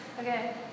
Okay